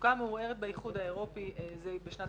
התעסוקה המעורערת באיחוד האירופי בשנת